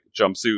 jumpsuit